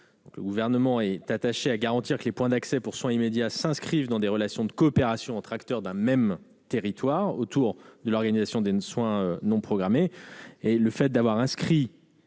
Le Gouvernement est attaché à garantir que les points d'accès pour soins immédiats s'inscrivent dans des relations de coopération entre acteurs d'un même territoire, autour de l'organisation des soins non programmés.